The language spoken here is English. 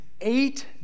eight